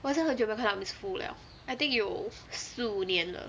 我也是很久没有看到 miss foo 了 I think 有四五年了